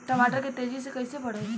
टमाटर के तेजी से कइसे बढ़ाई?